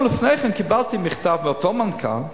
קיבלתי מכתב מאותו מנכ"ל,